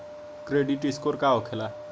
Credit score का होखेला?